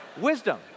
Wisdom